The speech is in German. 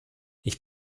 ich